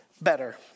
better